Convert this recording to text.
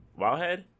WoWhead